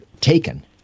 taken